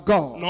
God